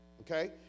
Okay